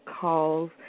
calls